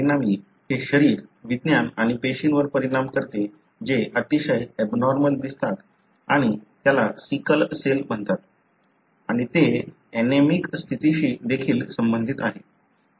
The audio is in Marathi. परिणामी हे शरीर विज्ञान आणि पेशीवर परिणाम करते जे अतिशय एबनॉर्मल दिसतात आणि त्याला सिकल सेल म्हणतात आणि ते ऍनेमिक स्थितीशी देखील संबंधित आहे